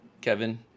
Kevin